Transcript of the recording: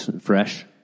Fresh